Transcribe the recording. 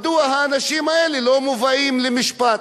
מדוע האנשים האלה לא מובאים למשפט?